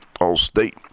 Allstate